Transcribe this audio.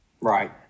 right